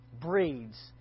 breeds